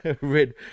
red